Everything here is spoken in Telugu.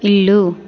ఇల్లు